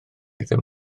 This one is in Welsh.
ddim